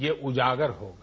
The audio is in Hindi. ये उजागर होगा